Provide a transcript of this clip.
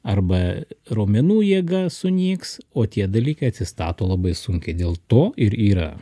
arba raumenų jėga sunyks o tie dalykai atsistato labai sunkiai dėl to ir yra